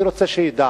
אני רוצה שהשר ידע